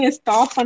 stop